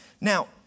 Now